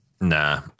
Nah